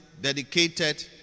dedicated